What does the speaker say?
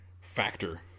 factor